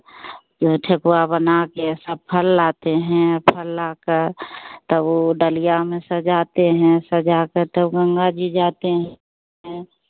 ठेकुआ बना कर सब फल लाते हैं फल लाकर तब वह डलिया में सजाते हैं सजा कर तब गंगा जी जाते हैं